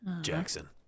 Jackson